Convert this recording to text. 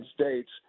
States